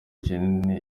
kinini